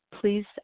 please